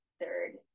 third